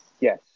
yes